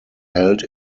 held